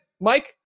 Mike